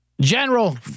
general